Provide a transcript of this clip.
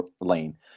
lane